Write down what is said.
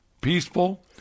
peaceful